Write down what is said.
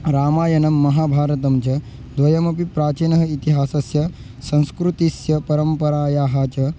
रामायणं महाभारतं च द्वयमपि प्राचीनः इतिहासस्य संस्कृतिस्य परम्परायाः च